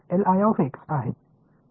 எனவே உங்களிடம் உள்ளது